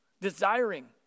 desiring